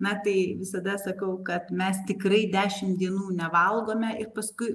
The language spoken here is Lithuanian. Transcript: na tai visada sakau kad mes tikrai dešimt dienų nevalgome ir paskui